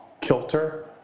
kilter